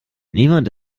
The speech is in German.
niemand